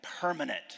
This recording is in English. permanent